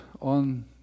on